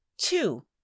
two